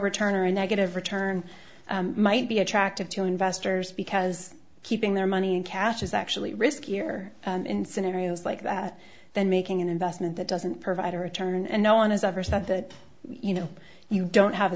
return or a negative return might be attractive to investors because keeping their money in cash is actually riskier incent it's like that than making an investment that doesn't provide a return and no one has ever said that you know you don't have